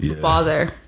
bother